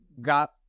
got